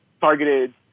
targeted